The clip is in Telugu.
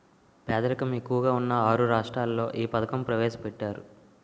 పేదరికం ఎక్కువగా ఉన్న ఆరు రాష్ట్రాల్లో ఈ పథకం ప్రవేశపెట్టారు